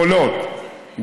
חולון,